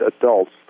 adults